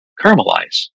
caramelize